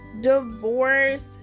divorce